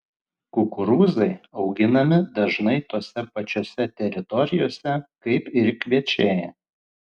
kukurūzai auginami dažnai tose pačiose teritorijose kaip ir kviečiai